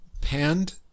panned